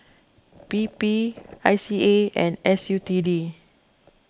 P P I C A and S U T D